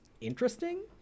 interesting